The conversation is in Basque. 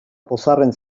pozarren